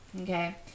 Okay